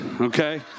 okay